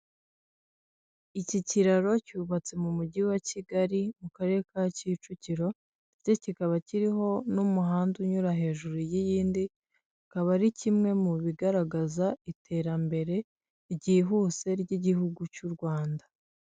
Iki kiraro cyubatse mu mujyi wa Kigali mu karere ka Kicukiro, ndetse kikaba kiriho n'umuhanda unyura hejuru y'iyindi, akaba ari kimwe mu bigaragaza iterambere ryihuse, ry'igihugu cy'u Rwanda.